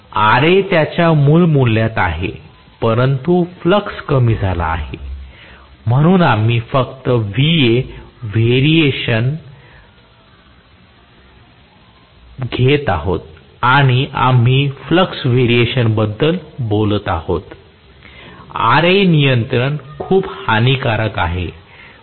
Ra त्याच्या मूळ मूल्यात आहे परंतु फ्लक्स कमी झाला आहे म्हणून आम्ही फक्त Va व्हेरिएशन घेत आहोत आणि आम्ही फ्लक्स व्हेरिएशन बद्दल बोलत आहोत Ra नियंत्रण खूप हानीकारक आहे